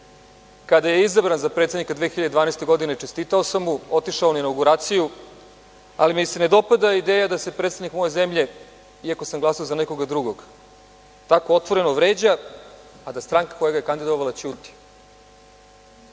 kada je izabran za predsednika 2012. godine, čestitao sam mu, otišao na inauguraciju, ali mi se ne dopada ideja da se predsednik moje zemlje, iako sam glasao za nekoga drugog, tako otvoreno vređa, a da stranka koja ga je kandidovala ćuti.